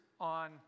on